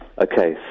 Okay